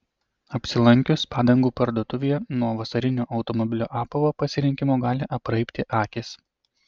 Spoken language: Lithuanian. apsilankius padangų parduotuvėje nuo vasarinio automobilio apavo pasirinkimo gali apraibti akys